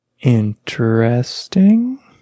Interesting